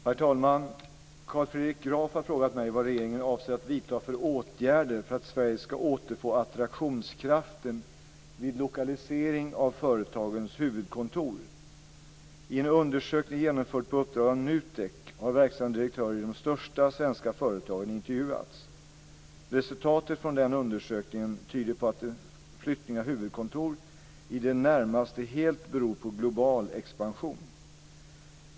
Herr talman! Carl Fredrik Graf har frågat mig vad regeringen avser att vidta för åtgärder för att Sverige ska återfå attraktionskraften vid lokalisering av företagens huvudkontor. TEK har verkställande direktörer i de största svenska företagen intervjuats. Resultatet från den undersökningen tyder på att flyttning av huvudkontor i det närmaste helt beror på global expansion.